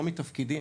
לא מתפקידי,